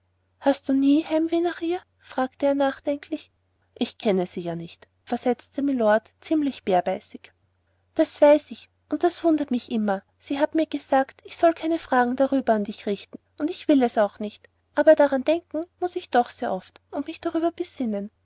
hast nie heimweh nach ihr sagte er nachdenklich ich kenne sie ja nicht versetzte mylord ziemlich bärbeißig das weiß ich und das wundert mich immer sie hat mir gesagt ich soll keine fragen darüber an dich richten und ich will das auch nicht aber daran denken muß ich doch sehr oft und mich darüber besinnen